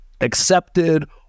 accepted